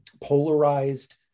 polarized